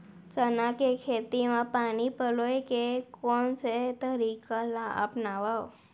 चना के खेती म पानी पलोय के कोन से तरीका ला अपनावव?